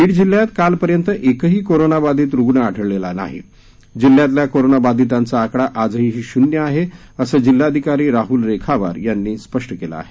बीड जिल्ह्यात कालपर्यंत एकही कोरोनाबाधित रुग्ण आढळलेला नाही जिल्ह्यातल्या कोरोनाबाधितांचा आकडा आजही शून्य आहे असं जिल्हाधिकारी राहुल रेखावार यांनी स्पष्ट केलं आहे